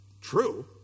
true